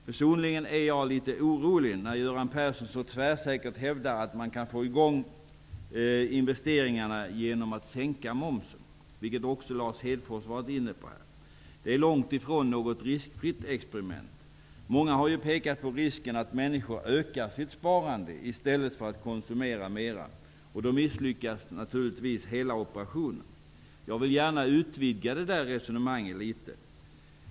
Personligen är jag litet orolig när Göran Persson så tvärsäkert hävdar att det går att få i gång investeringarna genom att sänka momsen. Lars Hedfors har här också varit inne på den linjen. Det är långt ifrån något riskfritt experiment. Många har pekat på risken att människor ökar sitt sparande i stället för sin konsumtion. I så fall misslyckas naturligtvis hela operationen. Jag vill gärna utvidga det resonemanget litet.